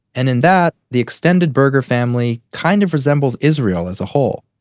and in that, the extended berger family kind of resembles israel as a whole.